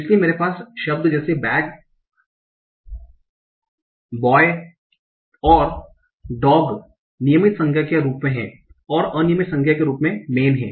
इसलिए मेरे पास शब्द जैसे बेग बॉय और डॉग नियमित संज्ञा के रूप में और अनियमित संज्ञा के रूप में मेन है